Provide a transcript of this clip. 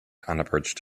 unabridged